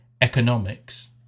economics